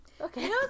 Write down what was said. Okay